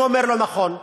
אני אומר לו: נכון,